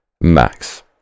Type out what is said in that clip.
max